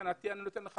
מבחינתי אני נותן לך